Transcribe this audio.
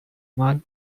malle